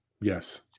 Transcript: Yes